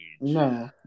No